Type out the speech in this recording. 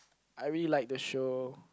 I really like the show